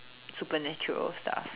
supernatural stuff